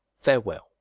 farewell